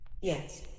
Yes